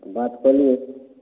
बात कऽ लिऔ